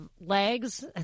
legs